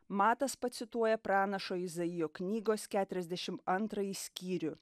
matas pacituoja pranašo izaijo knygos keturiasdešim antrąjį skyrių